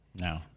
No